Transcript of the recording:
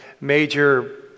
major